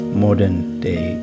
modern-day